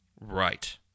Right